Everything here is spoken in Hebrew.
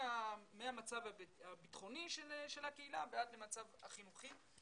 מהמצב הביטחוני של הקהילה ועד למצב החינוכי.